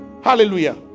Hallelujah